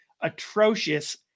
atrocious